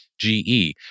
GE